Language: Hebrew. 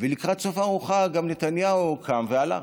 ולקראת סוף הארוחה גם נתניהו קם והלך,